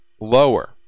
lower